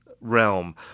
realm